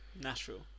Nashville